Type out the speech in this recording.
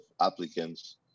applicants